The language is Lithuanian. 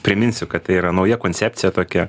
priminsiu kad tai yra nauja koncepcija tokia